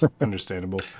understandable